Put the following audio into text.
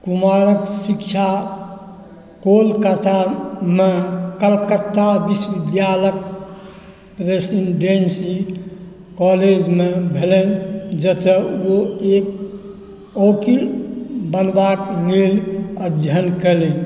कुमारक शिक्षा कोलकातामे कलकत्ता विश्वविद्यालयक प्रेसीडेन्सी कॉलेजमे भेलनि जतय ओ एक ओकील बनबाक लेल अध्ययन कयलनि